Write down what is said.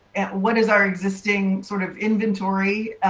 and what is our existing sort of inventory,